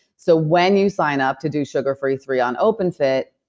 so, when you sign up to do sugar free three on open fit,